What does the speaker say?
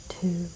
two